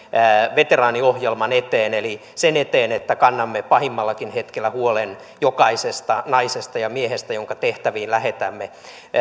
veteraaniohjelman eteen eli sen eteen että kannamme pahimmallakin hetkellä huolen jokaisesta naisesta ja miehestä jonka tehtäviin lähetämme